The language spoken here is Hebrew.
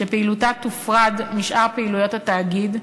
שפעילותה תופרד משאר פעילויות התאגיד,